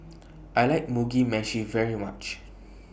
I like Mugi Meshi very much